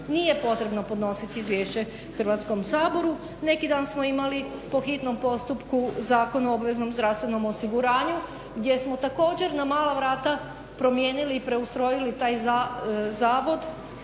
nije potrebno podnositi izvješće Hrvatskom saboru. Neki dan samo imali po hitnom postupku Zakon o obveznom zdravstvenom osiguranju gdje smo također na mala vrata promijenili i preustrojili taj zavod,